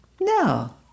No